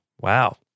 Wow